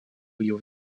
его